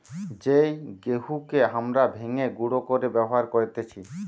যেই গেহুকে হামরা ভেঙে গুঁড়ো করে ব্যবহার করতেছি